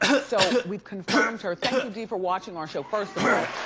so we've confirmed her. thank you, dee, for watching our show, first of all.